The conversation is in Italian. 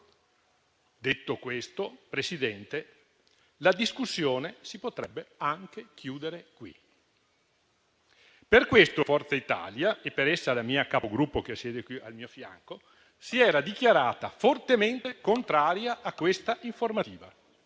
Detto questo, Presidente, la discussione si potrebbe anche chiudere qui. Per questo Forza Italia, e per essa la mia Capogruppo che siede qui al mio fianco, si era dichiarata fortemente contraria a questa informativa,